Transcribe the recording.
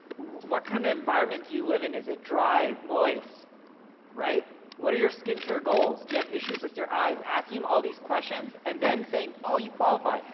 what kind of environment do you live in, is it dry moist right, what are your skin care goals, do you have issues with your eyes. ask him all these questions and then saying oh you qualify,